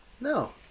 No